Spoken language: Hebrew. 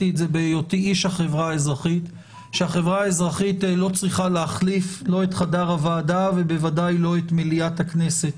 שהחברה האזרחית לא צריכה להחליף את חדר הוועדה ולא את מליאת הכנסת.